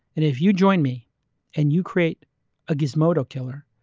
if you join me and you create a gizmodo killer,